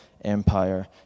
empire